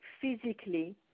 physically